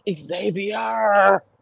xavier